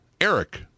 Eric